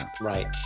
Right